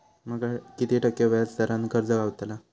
माका किती टक्के व्याज दरान कर्ज गावतला?